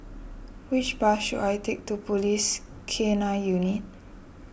which bus should I take to Police K nine Unit